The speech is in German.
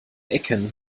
ecken